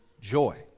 joy